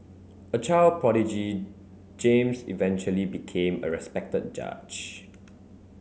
a child prodigy James eventually became a respected judge